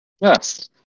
Yes